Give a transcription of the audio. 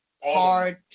Hard